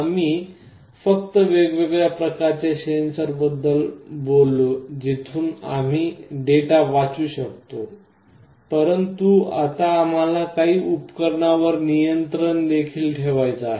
आम्ही फक्त वेगवेगळ्या प्रकारच्या सेन्सर्सबद्दल बोललो जिथून आम्ही डेटा वाचू शकतो परंतु आता आम्हाला काही उपकरणांवर नियंत्रण देखील ठेवायचे आहे